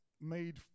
made